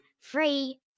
Free